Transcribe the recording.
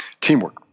teamwork